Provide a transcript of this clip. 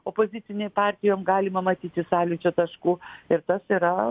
opozicinėm partijom galima matyti sąlyčio taškų ir tas yra